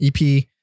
EP